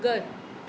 घरु